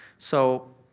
so,